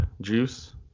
juice